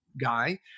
guy